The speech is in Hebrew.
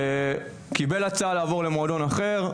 קיבל הצעה לעבור למועדון אחר,